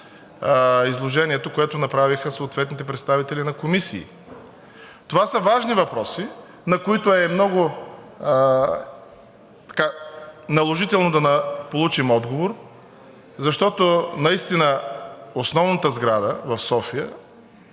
изложението, което направиха съответните представители на комисиите. Това са важни въпроси, на които е много наложително да получим отговор, защото наистина основната сграда в София